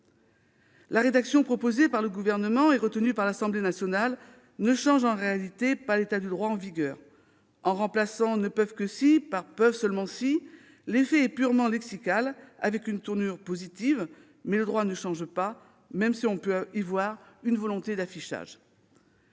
La rédaction proposée par le Gouvernement et retenue par l'Assemblée nationale ne change en réalité pas l'état du droit en vigueur. Remplacer « ne peuvent que si » par « peuvent seulement si » a un effet purement lexical. La tournure est positive, mais le droit ne change pas, même si on peut y voir une volonté d'affichage.